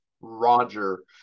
Roger